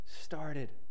started